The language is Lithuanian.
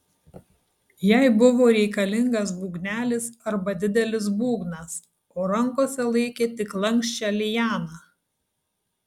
jai buvo reikalingas būgnelis arba didelis būgnas o rankose laikė tik lanksčią lianą